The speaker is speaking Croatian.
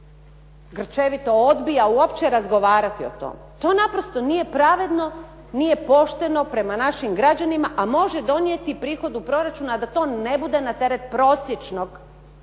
grčevito odbija uopće razgovarati o tome. To napravo nije pravedno, nije pošteno prema našim građanima a može donijeti prihod u proračun a da to ne bude na teret prosječnog